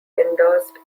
endorsed